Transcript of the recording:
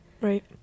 Right